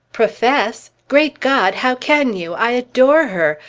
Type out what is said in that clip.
profess? great god! how can you? i adore her!